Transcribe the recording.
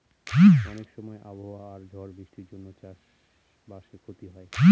অনেক সময় আবহাওয়া আর ঝড় বৃষ্টির জন্য চাষ বাসে ক্ষতি হয়